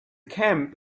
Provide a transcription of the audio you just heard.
camp